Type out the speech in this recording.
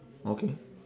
okay